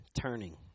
turning